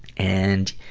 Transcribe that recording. and,